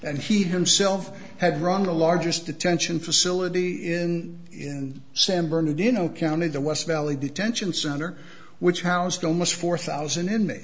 and he himself had run the largest detention facility in in san bernardino county the west valley detention center which housed almost four thousand in